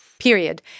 period